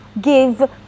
give